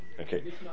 Okay